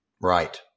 Right